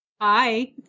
Hi